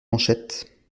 manchettes